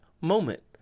moment